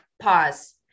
pause